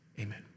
Amen